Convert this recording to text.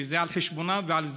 וזה על חשבונם ועל זמנם,